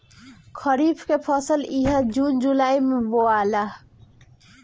खरीफ के फसल इहा जून जुलाई में बोआला